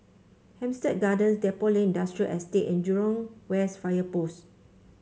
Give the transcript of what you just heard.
Hampstead Gardens Depot Lane Industrial Estate and Jurong West Fire Post